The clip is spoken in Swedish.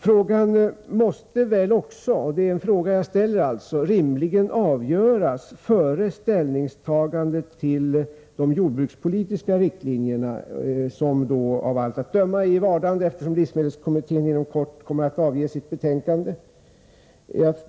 Det hela måste väl också — och det är den frågan jag ställer — rimligen avgöras före ställningstagandet till de jordbrukspolitiska riktlinjerna, som av allt att döma är i vardande, eftersom livsmedelskommittén inom kort kommer att avge sitt betänkande.